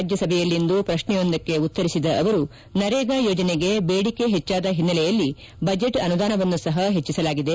ರಾಜ್ಯಸಭೆಯಲ್ಲಿಂದು ಪ್ರಶ್ನೆಯೊಂದಕ್ಕೆ ಉತ್ತರಿಸಿದ ಅವರು ನರೇಗಾ ಯೋಜನೆಗೆ ಬೇಡಿಕೆ ಹೆಚ್ಚಾದ ಹಿನ್ನೆಲೆಯಲ್ಲಿ ಬಜೆಟ್ ಅನುದಾನವನ್ನು ಸಹ ಹೆಚ್ಚಿಸಲಾಗಿದೆ